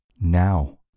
Now